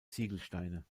ziegelsteine